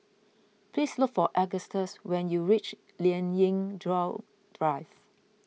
please look for Augustus when you reach Lien Ying Chow Drive